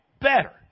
better